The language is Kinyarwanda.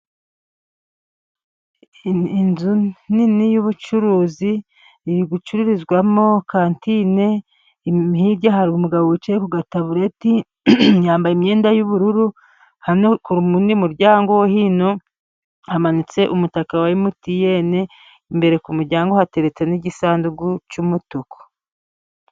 Inzu nini y'ubucuruzi，iri gucururizwamo kantine，hirya hari umugabo wicaye ku gatabureti，yambaye imyenda y'ubururu hano ku wundi muryango wa hino， hamanitse umutaka wa emutiyene，imbere ku muryango hateretse n'igisanduku cy'umutuku.